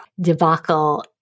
debacle